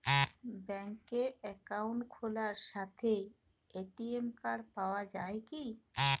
ব্যাঙ্কে অ্যাকাউন্ট খোলার সাথেই এ.টি.এম কার্ড পাওয়া যায় কি?